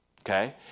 Okay